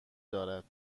دارد